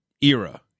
era